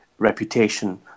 Reputation